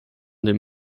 den